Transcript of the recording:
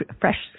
fresh